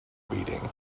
beating